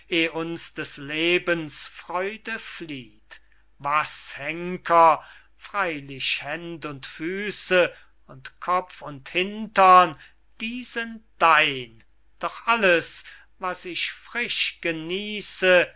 des lebens freude flieht was henker freylich händ und füße und kopf und h die sind dein doch alles was ich frisch genieße